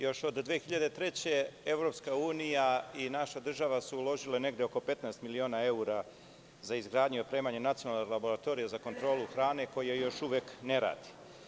Još od 2003. godine EU i naša država su uložile negde oko 15 miliona evra za izgradnju i opremanje Nacionalne laboratorije za kontrolu hrane, koja još uvek ne radi.